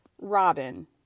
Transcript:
Robin